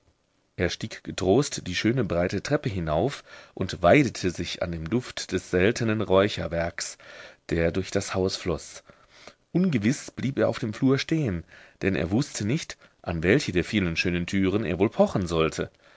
er stieg getrost die schöne breite treppe hinauf und weidete sich an dem duft des seltenen räucherwerks der durch das haus floß ungewiß blieb er auf dem flur stehen denn er wußte nicht an welche der vielen schönen türen er wohl pochen sollte